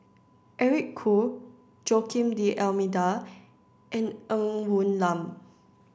Eric Khoo Joaquim D'almeida and Ng Woon Lam